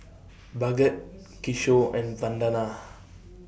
Bhagat Kishore and Vandana